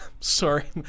Sorry